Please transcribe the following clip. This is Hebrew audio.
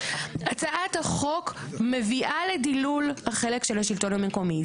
הצעת החוק מביאה לדילול החלק של השלטון המקומי,